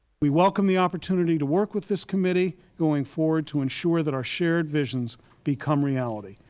we welcome the opportunity to work with this committee, going forward, to ensure that our shared visions become reality.